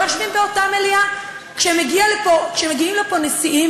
יושבים באותה מליאה כשמגיעים לפה נשיאים,